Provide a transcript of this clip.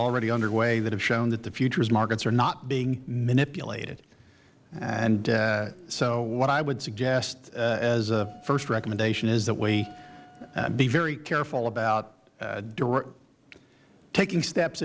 already underway that have shown that the futures markets are not being manipulated and so what i would suggest as a first recommendation is that we be very careful about taking steps